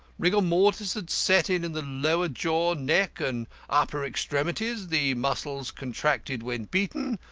rigor mortis had set in in the lower jaw, neck, and upper extremities. the muscles contracted when beaten.